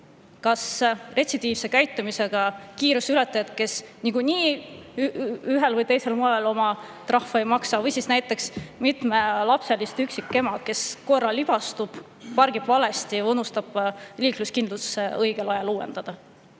Kas retsidiivse käitumisega kiiruseületajat, kes niikuinii ühel või teisel põhjusel oma trahvi ei maksa, või näiteks mitmelapselist üksikema, kes korra libastub, pargib valesti või unustab liikluskindlustuse õigel ajal uuendada?